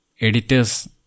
editors